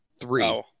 three